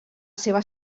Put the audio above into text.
seva